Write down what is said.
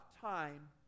time